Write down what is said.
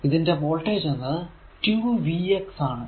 ഇതിന്റെ വോൾടേജ് എന്നത് 2 v x ആണ്